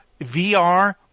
VR